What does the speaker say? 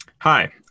hi